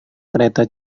kereta